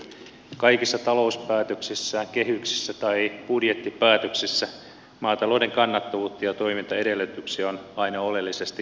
kaikissa talouspäätöksissään kehyksissä tai budjettipäätöksissä maatalouden kannattavuutta ja toimintaedellytyksiä on aina oleellisesti heikennetty